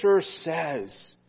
says